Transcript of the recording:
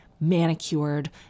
manicured